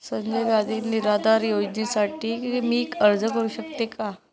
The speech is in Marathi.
संजय गांधी निराधार अनुदान योजनेसाठी मी अर्ज करू शकतो का?